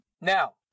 Now